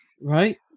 Right